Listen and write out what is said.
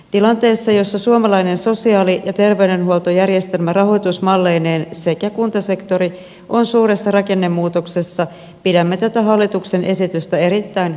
tilanteessa jossa suomalainen sosiaali ja terveydenhuoltojärjestelmä rahoitusmalleineen sekä kuntasektori ovat suuressa rakennemuutoksessa pidämme tätä hallituksen esitystä erittäin ongelmallisena